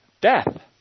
death